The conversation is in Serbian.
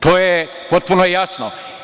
To je potpuno jasno.